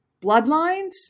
bloodlines